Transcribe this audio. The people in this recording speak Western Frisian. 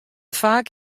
faak